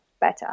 better